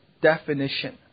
definition